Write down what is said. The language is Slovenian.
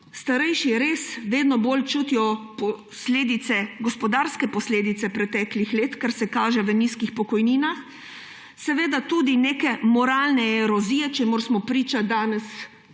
starejši res vedno bolj čutijo gospodarske posledice preteklih let, kar se kaže v nizkih pokojninah. Seveda tudi neke moralne erozije, čemur smo priča danes,